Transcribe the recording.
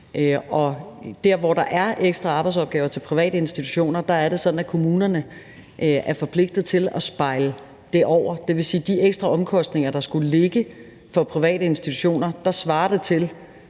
der, hvor der er ekstra arbejdsopgaver til private institutioner, er det sådan, at kommunerne er forpligtet til at spejle det. Det vil sige, at de ekstra omkostninger, der skulle ligge for private institutioner, svarer til